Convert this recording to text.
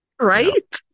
right